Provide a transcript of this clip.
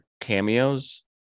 cameos